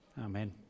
amen